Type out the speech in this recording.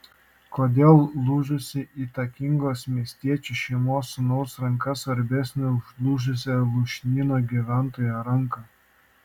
kodėl lūžusi įtakingos miestiečių šeimos sūnaus ranka svarbesnė už lūžusią lūšnyno gyventojo ranką